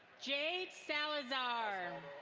jake salazar.